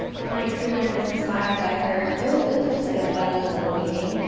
on my crew neck was inspired by her. it was it was just like a funny little weaving,